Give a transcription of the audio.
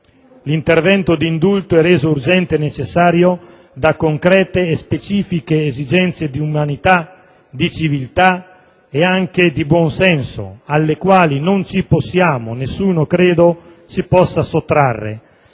L'intervento di indulto è reso urgente e necessario da concrete esigenze di umanità, di civiltà e anche di buonsenso, alle quali non ci possiamo - credo nessuno - sottrarre,